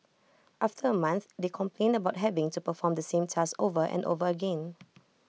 after A month they complained about having to perform the same task over and over again